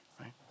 right